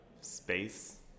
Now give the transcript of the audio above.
space